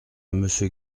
monsieur